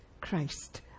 christ